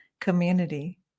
community